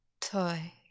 toy